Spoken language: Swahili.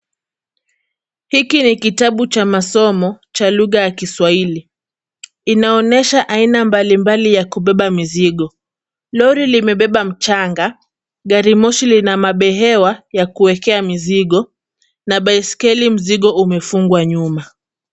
Hiki ni kitabu cha masomo, cha lugha ya kiswahili. Kinaonesha aina mbalimbali ya kubeba mizigo. Lori limebeba mchanga, garimoshi lina mabehewa ya kuwekea mizigo na baiskeli mzigo umefungwa nyuma.